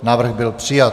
Návrh byl přijat.